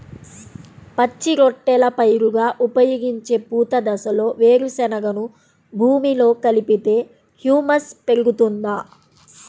పచ్చి రొట్టెల పైరుగా ఉపయోగించే పూత దశలో వేరుశెనగను భూమిలో కలిపితే హ్యూమస్ పెరుగుతుందా?